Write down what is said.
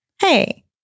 Hey